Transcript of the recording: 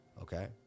Okay